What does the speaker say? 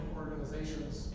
organizations